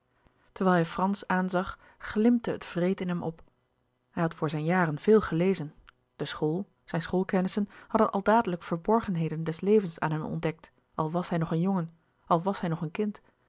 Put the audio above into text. terwijl hij frans aanzag glimpte het wreed in hem op hij had voor zijn jaren veel gelezen de school zijne schoolkennissen hadden al dadelijk verborgenheden des levens aan hem ontdekt al was hij nog een jongen al was hij nog een kind